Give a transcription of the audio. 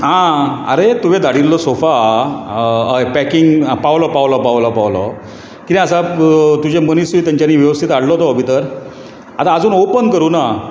आं आरे तुवें धाडिल्लो सोफा हय पॅकींग पावलो पावलो पावलो तुजे मनीस तेंच्यांनी वेवस्थीत हाडलो तो भितर आजून ऑपन करुना